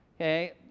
okay